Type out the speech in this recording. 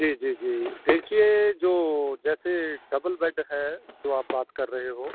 جی جی جی دیکھیے جو جیسے ڈبل بیڈ ہے جو آپ بات کر رہے ہو